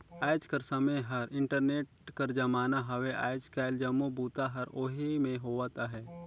आएज कर समें हर इंटरनेट कर जमाना हवे आएज काएल जम्मो बूता हर ओही में होवत अहे